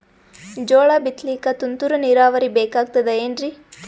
ಜೋಳ ಬಿತಲಿಕ ತುಂತುರ ನೀರಾವರಿ ಬೇಕಾಗತದ ಏನ್ರೀ?